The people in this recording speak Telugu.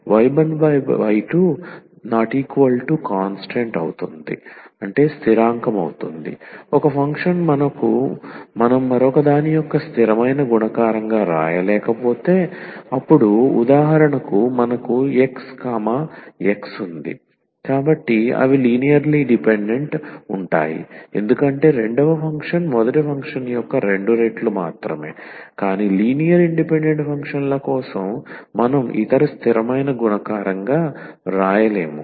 c1y1c2y20⇒c10c20 ory1y2constant ఒక ఫంక్షన్ మనం మరొకదాని యొక్క స్థిరమైన గుణకారంగా వ్రాయలేకపోతే ఉదాహరణకు మనకు x x ఉంది కాబట్టి అవి లినియర్ లీ డిపెండెంట్ ఉంటాయి ఎందుకంటే రెండవ ఫంక్షన్ మొదటి ఫంక్షన్ యొక్క రెండు రెట్లు మాత్రమే కానీ లినియర్ ఇండిపెండెంట్ ఫంక్షన్ల కోసం మనం ఇతర స్థిరమైన గుణకారంగా వ్రాయలేము